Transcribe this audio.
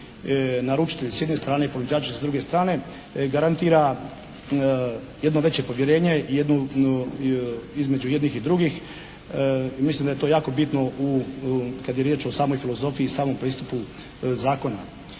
naručitelj s jedne strane i ponuđači s druge strane garantira jedno veće povjerenje, jednu, između jednih i drugih. Mislim da je to jako bitno u, kad je riječ o samoj filozofiji i samom pristupu zakona.